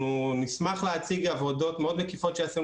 אנחנו נשמח להציג עבודות מאוד מקיפות שעשינו